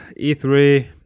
E3